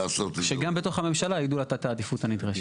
שגם בתוך הממשלה ידעו את העדיפות הנדרשת.